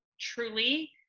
truly